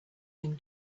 him